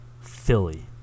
philly